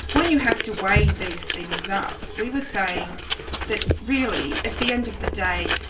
when you have to weigh these things up, we were saying that really, at the end of the day,